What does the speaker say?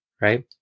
Right